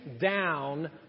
down